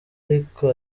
ariko